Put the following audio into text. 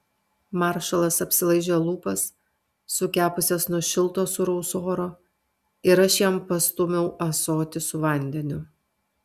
maršalas apsilaižė lūpas sukepusias nuo šilto sūraus oro ir aš jam pastūmiau ąsotį su vandeniu